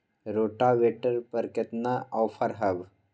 Rotavator पर केतना offer हव?